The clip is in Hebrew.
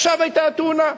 עכשיו היתה התאונה.